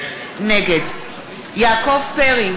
נגד יעקב פרי,